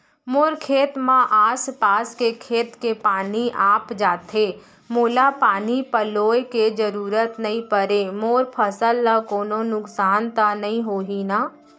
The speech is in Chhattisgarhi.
मोर खेत म आसपास के खेत के पानी आप जाथे, मोला पानी पलोय के जरूरत नई परे, मोर फसल ल कोनो नुकसान त नई होही न?